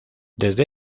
desde